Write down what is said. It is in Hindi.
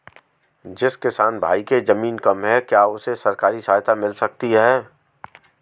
जिस किसान भाई के ज़मीन कम है क्या उसे सरकारी सहायता मिल सकती है?